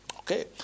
Okay